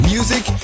Music